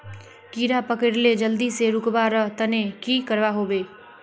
कीड़ा पकरिले जल्दी से रुकवा र तने की करवा होबे?